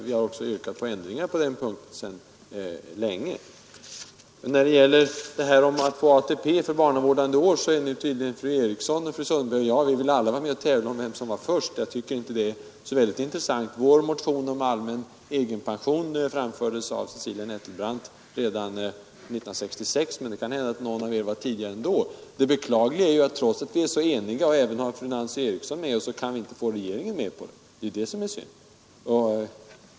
Vi har också länge yrkat på ändringar på den punkten. När det gäller förslaget att ge ATP-poäng för barnavårdande år vill tydligen vi alla — fru Eriksson i Stockholm, fru Sundberg och jag — vara med och tävla om vem som var först. Jag tycker inte det är så intressant. Vår motion om allmän egenpension väcktes av fru Nettelbrandt redan 1966, men det kan hända att någon av er var ute tidigare ändå. Det beklagliga är att vi trots att vi är så eniga, och trots att vi har fru Eriksson i Stockholm med oss, inte kan få regeringen med på tanken. Det är synd.